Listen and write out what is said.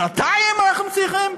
שנתיים אנחנו צריכים?